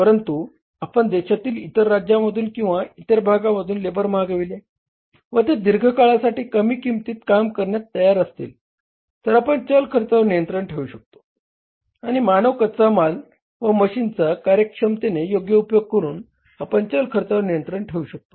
परंतु आपण देशातील इतर राज्यांमधून किंवा इतर भागामधून लेबर मागविले व ते दीर्घकाळासाठी कमी किंमतीत काम करण्यास तयार असतील तर आपण चल खर्चावर नियंत्रण ठेवू शकतो आणि मानव कच्चा माल व मशीनचा कार्यक्षमतेने योग्य उपयोग करुन आपण चल खर्चावर नियंत्रण ठेवू शकतो